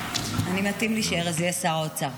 מתאים לי שארז יהיה שר האוצר.